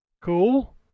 Cool